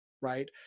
Right